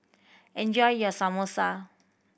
enjoy your Samosa